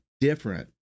different